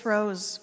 Rose